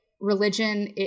religion